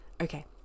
okay